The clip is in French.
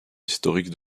historique